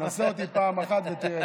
נסה אותי פעם אחת ותראה.